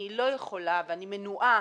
אני לא יכולה ואני מנועה